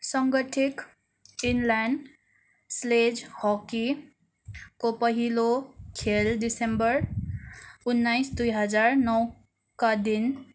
सङ्गठिक inline sledge हकीको पहिलो खेल दिसम्बर उन्नाइस दुई हजार नौका दिन